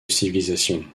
civilisation